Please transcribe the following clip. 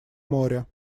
море